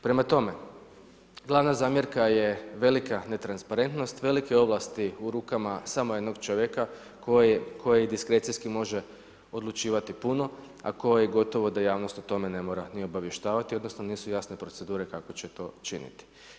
Prema tome, glavna zamjerka je velike netransparentnost, velike ovlasti u rukama samo jednog čovjeka koji diskrecijski može odlučivati puno, a koje gotovo da javnost o tome ne mora obavještavati, odnosno nisu jasne procedure kako će to činiti.